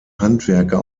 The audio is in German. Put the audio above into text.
handwerker